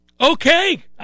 Okay